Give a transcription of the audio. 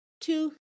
two